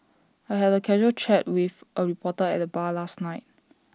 I had A casual chat with A reporter at the bar last night